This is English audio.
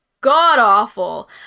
god-awful